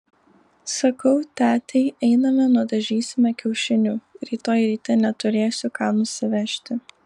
sakau tetei einame nudažysime kiaušinių rytoj ryte neturėsiu ką nusivežti